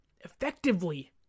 effectively